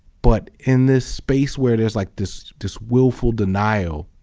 but in this space where there's like this this willful denial,